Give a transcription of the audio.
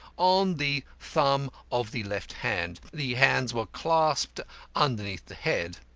on the thumb of the left hand. the hands were clasped underneath the head.